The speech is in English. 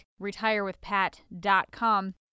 retirewithpat.com